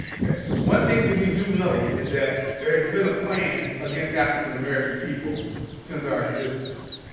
one thing that we do know is that there has been a plan against african-american people since our existence.